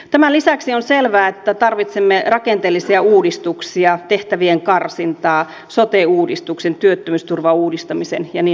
tämän lisäksi on selvää että tarvitsemme rakenteellisia uudistuksia tehtävien karsintaa sote uudistuksen työttömyysturvauudistamisen ja niin edelleen